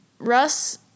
Russ